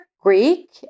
Greek